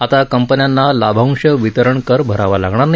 आता कंपन्यांना लाभांश वितरण कर भरावा लागणार नाही